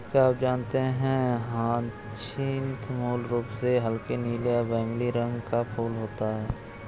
क्या आप जानते है ह्यचीन्थ मूल रूप से हल्के नीले या बैंगनी रंग का फूल होता है